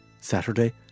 Saturday